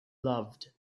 loved